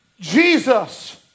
Jesus